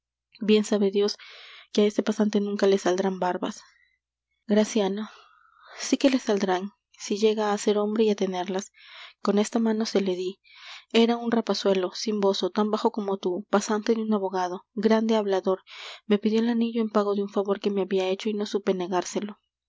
bien sabe dios que á ese pasante nunca le saldrán las barbas graciano sí que le saldrán si llega á ser hombre y á tenerlas con esta mano se le dí era un rapazuelo sin bozo tan bajo como tú pasante de un abogado grande hablador me pidió el anillo en pago de un favor que me habia hecho y no supe negárselo